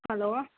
hello